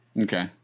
Okay